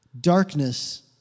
darkness